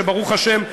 שברוך השם,